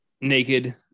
naked